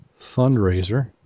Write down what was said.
fundraiser